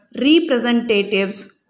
representatives